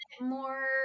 more